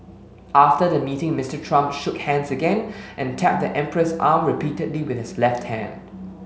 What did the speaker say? after the meeting Mister Trump shook hands again and tapped the emperor's arm repeatedly with his left hand